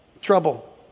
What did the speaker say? trouble